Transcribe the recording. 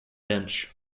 bench